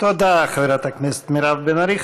תודה, חברת הכנסת מירב בן ארי.